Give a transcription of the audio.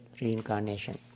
reincarnation